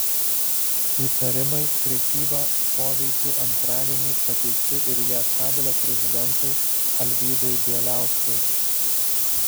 įtarimai prekyba poveikiu antradienį pateikti ir lietkabelio prezidentui alvydui bieliauskui